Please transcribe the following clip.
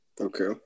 Okay